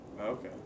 Okay